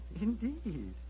Indeed